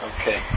Okay